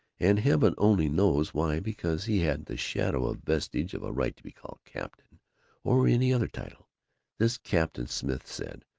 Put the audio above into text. and heaven only knows why, because he hadn't the shadow or vestige of a right to be called captain or any other title this captain smith said,